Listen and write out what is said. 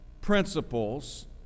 principles